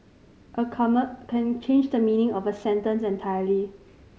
a comma can change the meaning of a sentence entirely